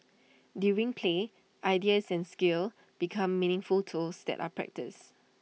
during play ideas and skills become meaningful tools that are practised